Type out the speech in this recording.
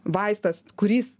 vaistas kuris